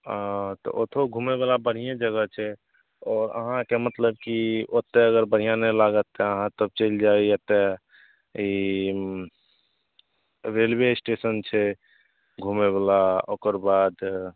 अँ तऽ ओतहु घुमैवला बढ़िएँ जगह छै आओर अहाँके मतलब कि ओतए अगर बढ़िआँ नहि लागत तऽ अहाँ तब चलि जै एतए ई रेलवे एस्टेशन छै घुमैवला ओकर बाद